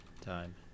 time